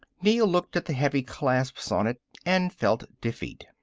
neel looked at the heavy clasps on it and felt defeat.